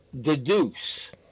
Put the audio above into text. deduce